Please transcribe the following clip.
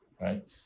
right